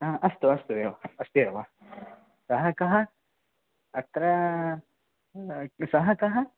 हा अस्तु अस्तु एव अस्तु एव सः कः अत्र सः कः